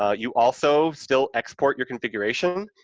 ah you also still export your configuration,